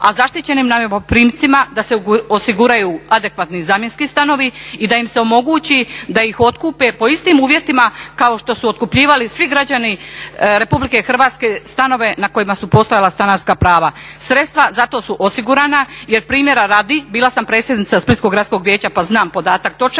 a zaštićenim najmoprimcima da se osiguraju adekvatni zamjenski stanovi i da im se omogući da ih otkupe po istim uvjetima kao što su otkupljivali svi građani RH stanove na kojima su postojala stanarska prava. Sredstva za to su osigurana jer primjera radi, bila sam predsjednica Splitskog gradskog vijeća pa znam podatak točan,